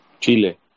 Chile